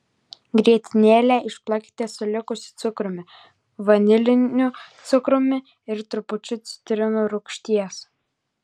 grietinėlę išplakite su likusiu cukrumi vaniliniu cukrumi ir trupučiu citrinų rūgšties